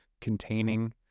containing